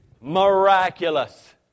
miraculous